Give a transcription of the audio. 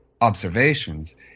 observations